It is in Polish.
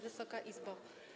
Wysoka Izbo!